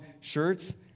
shirts